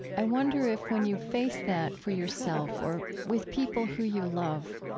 i wonder if when you face that for yourself, or with people who you love,